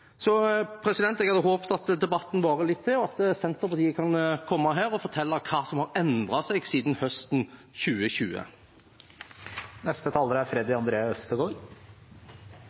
Så jeg håper at debatten varer litt til, og at Senterpartiet kan komme hit og fortelle hva som har endret seg siden høsten 2020. Det er